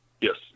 Yes